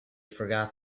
forgot